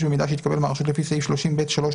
הרשות לאיסור הלבנת הון ומימון טרור,